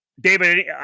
David